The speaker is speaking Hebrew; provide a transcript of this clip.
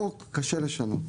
חוק קשה לשנות.